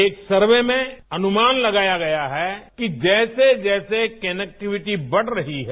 एक सर्वे में अनुमान लगाया गया है कि जैसे जैसे कनेक्टिविटी बढ़ रही है